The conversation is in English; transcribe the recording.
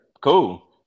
cool